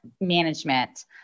management